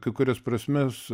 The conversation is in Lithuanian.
kai kurias prasmes